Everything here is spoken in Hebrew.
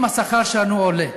אם השכר שלנו עולה,